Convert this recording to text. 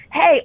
hey